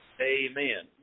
Amen